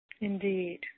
Indeed